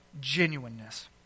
genuineness